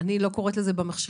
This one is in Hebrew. אני לא קוראת לזה במחשכים,